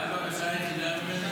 זו הבקשה היחידה ממני?